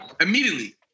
immediately